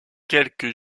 quelques